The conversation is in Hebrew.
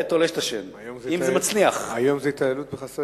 האנשים הצעירים היום לא מכירים את זה,